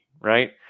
right